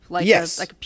Yes